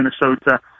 Minnesota